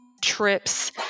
trips